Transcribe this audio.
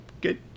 Good